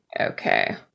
Okay